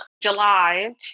July